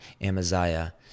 Amaziah